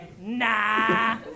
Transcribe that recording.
Nah